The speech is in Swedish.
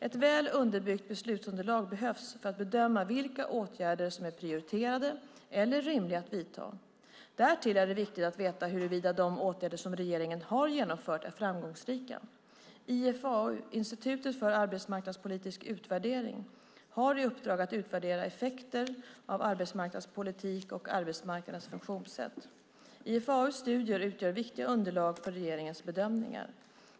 Ett väl underbyggt beslutsunderlag behövs för att bedöma vilka åtgärder som är prioriterade eller rimliga att vidta. Därtill är det viktigt att veta huruvida de åtgärder som regeringen har genomfört är framgångsrika. IFAU, Institutet för arbetsmarknadspolitisk utvärdering, har i uppdrag att utvärdera effekter av arbetsmarknadspolitik och arbetsmarknadens funktionssätt. IFAU:s studier utgör viktiga underlag för regeringens bedömningar.